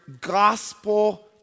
gospel